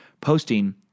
Posting